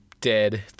dead